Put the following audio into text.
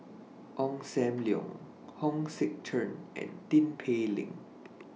Ong SAM Leong Hong Sek Chern and Tin Pei Ling